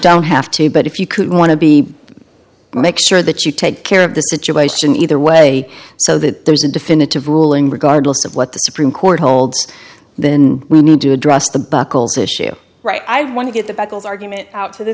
don't have to but if you could want to be make sure that you take care of the situation either way so that there's a definitive ruling regardless of what the supreme court holds then we need to address the buckles issue right i want to get the beccles argument out to th